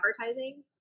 advertising